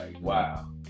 wow